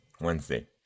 Wednesday